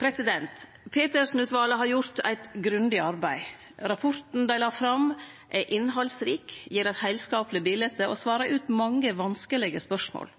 Libya. Petersen-utvalet har gjort eit grundig arbeid. Rapporten dei la fram, er innhaldsrik, gir eit heilskapleg bilete og svarar på mange vanskelege spørsmål.